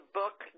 book